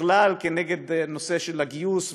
בכלל כנגד נושא הגיוס,